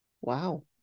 Wow